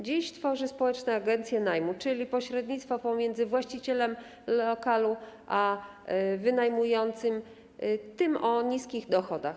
Dziś tworzy społeczne agencje najmu, czyli pośrednictwo pomiędzy właścicielem lokalu a wynajmującym, tym o niskich dochodach.